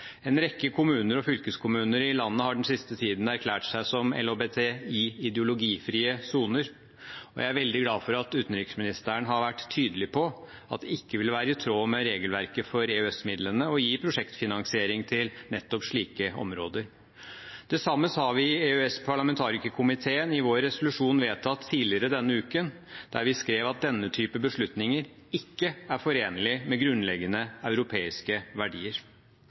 En rekke kommuner og fylkeskommuner i landet har den siste tiden erklært seg som LHBTI-ideologifrie soner. Jeg er veldig glad for at utenriksministeren har vært tydelig på at det ikke ville være i tråd med regelverket for EØS-midlene å gi prosjektfinansiering til nettopp slike områder. Det samme sa vi i EØS-parlamentarikerkomiteen i vår resolusjon vedtatt tidligere denne uken, der vi skrev at denne typen beslutninger ikke er forenlig med grunnleggende europeiske verdier.